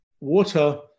water